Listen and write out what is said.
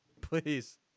Please